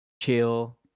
chill